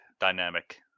dynamic